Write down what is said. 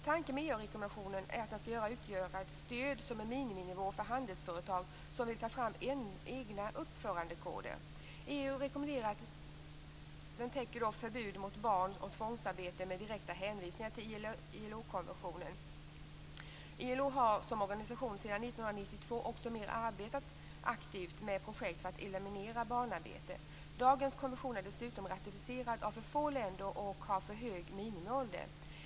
Tanken med EU-rekommendationen är att den skall utgöra ett stöd som är en miniminivå för handelsföretag som vill ta fram egna uppförandekoder. EU-rekommendationen täcker förbud mot barn och tvångsarbete med direkta hänvisningar till ILO konventionen. ILO har som organisation sedan 1992 mer aktivt arbetat med ett projekt för att eliminera barnarbete. Dagens konvention är dessutom ratificerad av för få länder och har för hög minimiålder.